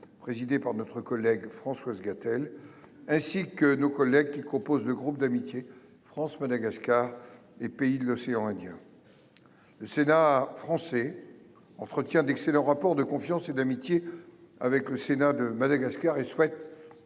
présidée par notre collègue Françoise Gatel ainsi que nos collègues qui composent le groupe d'amitié France-Madagascar et pays de l'océan Indien. Le sénat français. Entretient d'excellents rapports de confiance et d'amitié avec le Sénat de Madagascar et souhaitent.